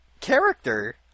character